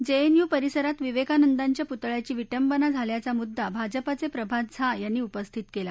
JNU परिसरात विवेकानदाच्या पुतळ्याची विठबना झाल्याचा मुद्दा भाजपाचे प्रभात झा यांनी उपस्थित केला